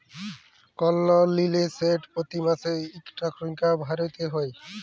call লল লিলে সেট পতি মাসে ইকটা সংখ্যা ভ্যইরতে হ্যয়